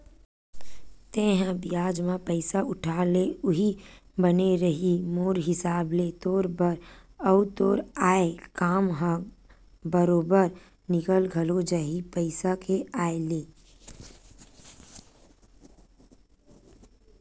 तेंहा बियाज म पइसा उठा ले उहीं बने रइही मोर हिसाब ले तोर बर, अउ तोर आय काम ह बरोबर निकल घलो जाही पइसा के आय ले